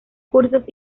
cursos